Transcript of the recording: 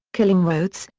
killing rhoads,